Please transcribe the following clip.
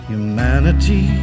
Humanity